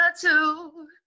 two